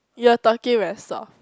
you are talking very soft